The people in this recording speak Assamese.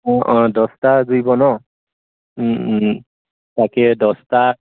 অঁ অঁ দহটা জুৰিব ন তাকে দহটা